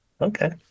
Okay